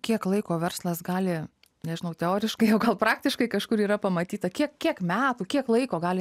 tai ko verslas gali nežinau teoriškai o gal praktiškai kažkur yra pamatyta kiek kiek metų kiek laiko gali